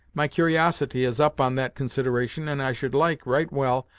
my cur'osity is up on that consideration, and i should like, right well,